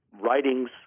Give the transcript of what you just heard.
writings